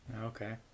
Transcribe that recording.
Okay